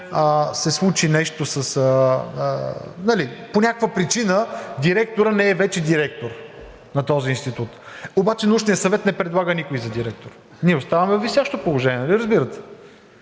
се случи нещо и по някаква причина директорът вече не е директор на Института, обаче Научният съвет не предлага никой за директор, ние оставаме във висящо положение. Нали разбирате?